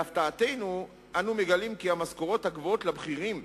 להפתעתנו, אנו מגלים כי המשכורות הגבוהות לבכירים,